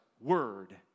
word